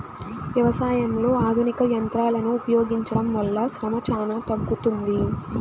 వ్యవసాయంలో ఆధునిక యంత్రాలను ఉపయోగించడం వల్ల శ్రమ చానా తగ్గుతుంది